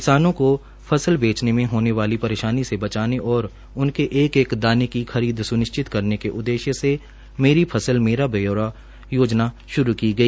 किसानों को फसल बेचने में होने वाली परेशानी से बचाने और उनके एक एक दाने की खरीद स्निश्चित करने के मकसद से मेरी फसल मेरा ब्यौरा योजना श्रू की गई